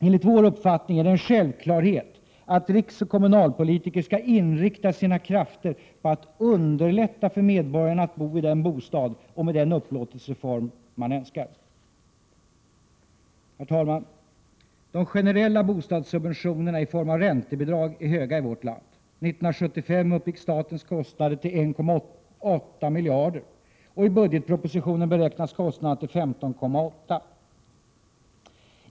Enligt vår uppfattning är det en självklarhet att riksoch kommunalpolitiker skall inrikta sina krafter på att underlätta för medborgarna att bo i den bostad och med den upplåtelseform som man önskar. Herr talman! De generella bostadssubventionerna i form av räntebidrag är höga i vårt land. 1975 uppgick statens kostnader till 1,8 miljarder. I budgetpropositionen beräknas kostnaderna uppgå till 15,8 miljarder.